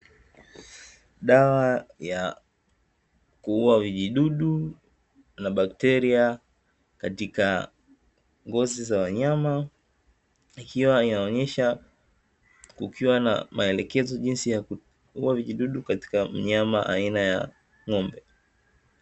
Dawa ya kuua vijidudu na bakteria katika ngozi za wanyama ikiwa inaonyesha maelekezo ya kuua vijidudu katika mwili wa mnyama aina ya ng'ombe.